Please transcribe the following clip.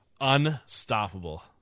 Unstoppable